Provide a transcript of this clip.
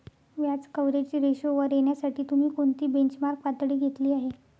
व्याज कव्हरेज रेशोवर येण्यासाठी तुम्ही कोणती बेंचमार्क पातळी घेतली आहे?